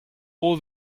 all